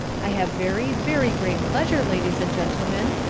i have very, very great pleasure, ladies and gentlemen,